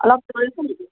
অলপ দূৰ আছে নেকি